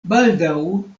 baldaŭ